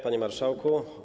Panie Marszałku!